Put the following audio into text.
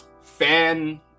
fan